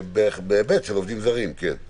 זה